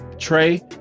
Trey